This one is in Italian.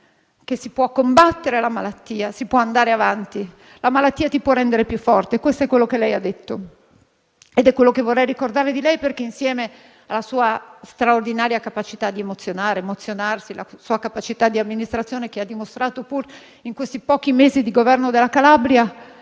che si può combattere la malattia e si può andare avanti. La malattia ti può rendere più forte: questo è ciò che ha detto ed è quello che vorrei ricordare di lei, perché, insieme alla sua straordinaria capacità di emozionare ed emozionarsi e alla sua capacità nell'amministrazione, che ha dimostrato pur in questi pochi mesi di governo della Calabria,